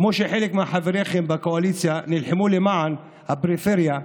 כמו שחלק מחבריכם בקואליציה נלחמו למען הפריפריה,